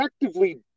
effectively